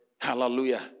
Hallelujah